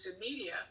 media